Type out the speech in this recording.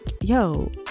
yo